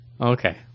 Okay